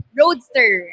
roadster